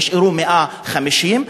נשארו 150,